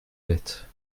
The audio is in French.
bêtes